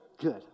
Good